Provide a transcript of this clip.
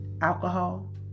Alcohol